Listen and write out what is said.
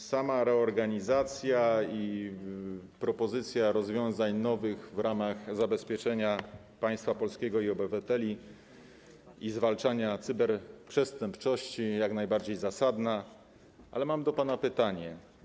Sama reorganizacja i propozycja nowych rozwiązań w ramach zabezpieczenia państwa polskiego i obywateli oraz zwalczania cyberprzestępczości jest jak najbardziej zasadna, ale mam do pana pytanie: